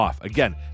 Again